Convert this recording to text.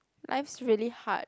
life's really hard